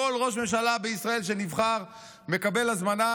כל ראש ממשלה בישראל שנבחר מקבל הזמנה